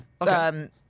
Okay